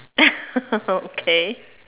okay